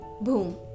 boom